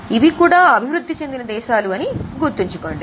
ఇవి కూడా అభివృద్ధి చెందిన దేశాలు అని గుర్తుంచుకోండి